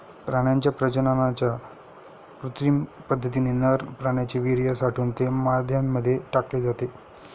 प्राण्यांच्या प्रजननाच्या कृत्रिम पद्धतीने नर प्राण्याचे वीर्य साठवून ते माद्यांमध्ये टाकले जाते